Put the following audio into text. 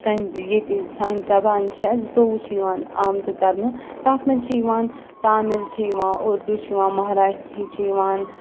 سانہِ ییٚتہِ سانہِ زبان چھےٚ زٕتووُہ چھےٚ یِوان آمژٕ کَرنہٕ تَتھ منٛز چھِ یِوان تامِل چھِ یِوان اُردوٗ چھِ یِوان مہراٹھی چھِ یِوان